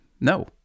No